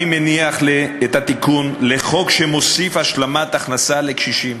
אני מניח את התיקון לחוק שמוסיף השלמת הכנסה לקשישים.